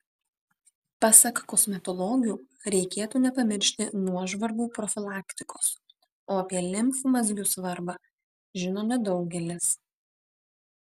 pasak kosmetologių reikėtų nepamiršti nuožvarbų profilaktikos o apie limfmazgių svarbą žino nedaugelis